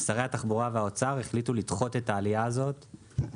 אבל שרי התחבורה והאוצר החליטו לדחות את העלייה הזאת